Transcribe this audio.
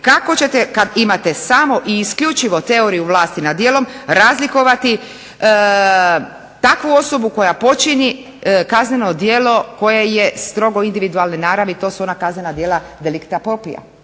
kako ćete kad imate samo i isključivo teoriju vlasti nad djelom razlikovati takvu osobu koja počini kazneno djelo koje je strogo individualne naravi. To su ona kaznena djela delicta propria